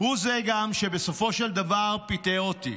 הוא זה שבסופו של דבר גם פיטר אותי',